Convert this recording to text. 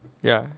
ya